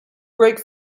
brake